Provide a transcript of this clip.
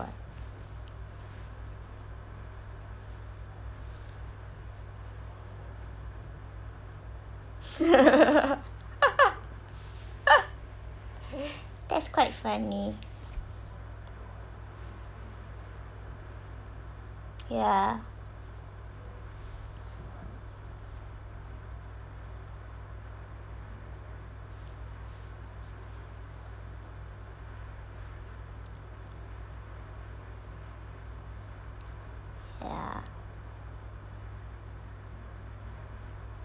what that's quite funny ya ya